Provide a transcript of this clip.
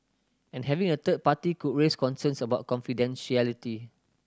and having a third party could raise concerns about confidentiality